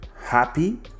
happy